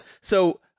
so-